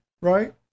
right